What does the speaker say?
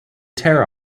tear